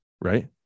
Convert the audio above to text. right